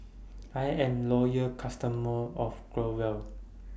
I Am Loyal customer of Growell